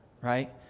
right